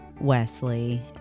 Wesley